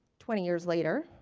twenty years later,